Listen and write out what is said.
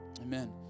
Amen